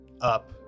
up